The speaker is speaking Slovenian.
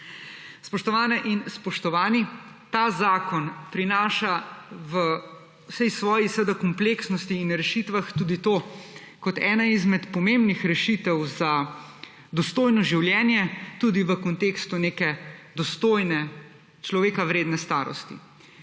Spoštovane in spoštovani, ta zakon prinaša v vsej svoji kompleksnosti in rešitvah tudi eno izmed pomembnih rešitev za dostojno življenje tudi v kontekstu neke dostojne, človeka vredne starosti